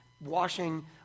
washing